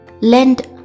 lend